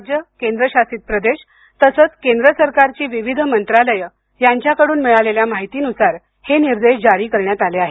राज्य केंद्र शासित प्रदेश तसंच केंद्र सरकारची विविध मंत्रालयांकडून मिळालेल्या माहितीनुसार हे निर्देश जारी करण्यात आले आहेत